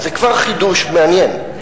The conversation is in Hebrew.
שזה כבר חידוש מעניין,